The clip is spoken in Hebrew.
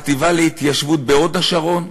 החטיבה להתיישבות בהוד-השרון?